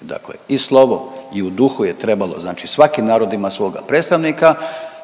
dakle i slovo i u duhu je trebalo, znači svaki narod ima svoga predstavnika.